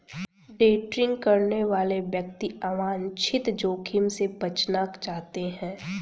day trading करने वाले व्यक्ति अवांछित जोखिम से बचना चाहते हैं